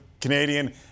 Canadian